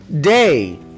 day